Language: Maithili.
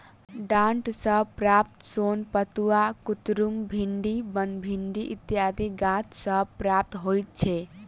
डांट सॅ प्राप्त सोन पटुआ, कुतरुम, भिंडी, बनभिंडी इत्यादि गाछ सॅ प्राप्त होइत छै